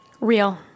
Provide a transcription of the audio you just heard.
Real